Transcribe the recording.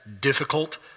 difficult